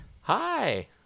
Hi